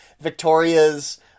Victoria's